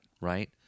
Right